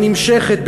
הנמשכת,